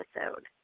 episode